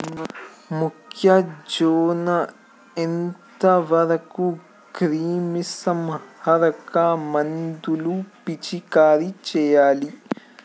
మొక్కజొన్న ఎంత వరకు క్రిమిసంహారక మందులు పిచికారీ చేయాలి?